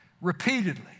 Repeatedly